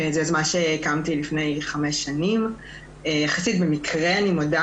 זו יוזמה שהקמתי לפני חמש שנים יחסית במקרה אני מודה